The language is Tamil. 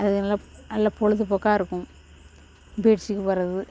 அது நல்லா நல்ல பொழுதுபோக்கா இருக்கும் பீச்சுக்கு போகிறது